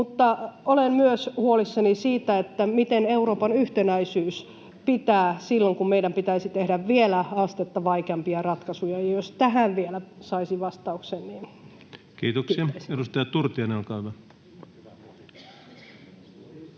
Olen myös huolissani siitä, miten Euroopan yhtenäisyys pitää silloin, kun meidän pitäisi tehdä vielä astetta vaikeampia ratkaisuja. Jos tähän vielä saisi vastauksen, niin kiittäisin. Kiitoksia. — Edustaja Turtiainen, olkaa hyvä.